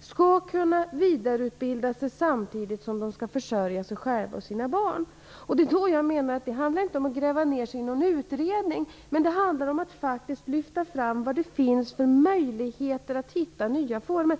skall kunna vidareutbilda sig samtidigt som de skall försörja sig själva och sina barn. Det handlar inte om att gräva ned sig i någon utredning, men det handlar om att lyfta fram de möjligheter som finns att hitta nya former.